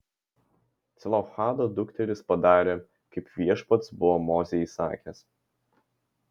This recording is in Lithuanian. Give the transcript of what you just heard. celofhado dukterys padarė kaip viešpats buvo mozei įsakęs